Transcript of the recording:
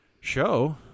show